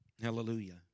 Hallelujah